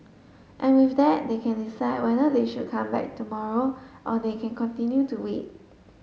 and with that they can decide whether they should come back tomorrow or they can continue to wait